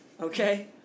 Okay